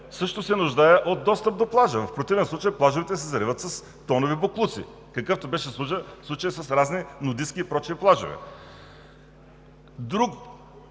също се нуждае от достъп до плажа, в противен случай плажовете се зариват с тонове боклуци, какъвто беше случаят с разни нудистки и прочее плажове. Друга